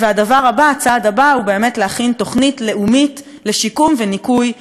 הצעד הבא הוא באמת להכין תוכנית לאומית לשיקום וניקוי מפרץ חיפה,